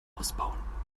ausbauen